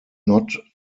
not